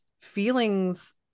feelings